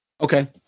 Okay